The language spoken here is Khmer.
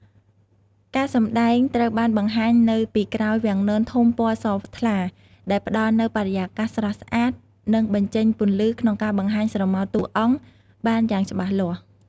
ការសម្តែងត្រូវបានបង្ហាញនៅពីក្រោយវាំងននធំពណ៌សថ្លា ដែលផ្ដល់នូវបរិយាកាសស្រស់ស្អាត និងបញ្ចេញពន្លឺក្នុងការបង្ហាញស្រមោលតួអង្គបានយ៉ាងច្បាស់លាស់ ។